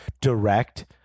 direct